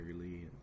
Lee